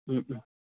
മ്മ് മ്മ്